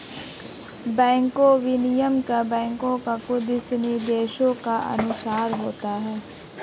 bank विनिमय bank के कुछ दिशानिर्देशों के अनुसार होता है